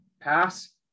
pass